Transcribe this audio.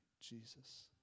Jesus